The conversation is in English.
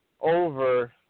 over